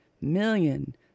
million